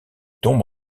tombe